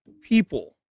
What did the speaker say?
people